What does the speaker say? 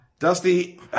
Dusty